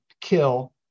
kill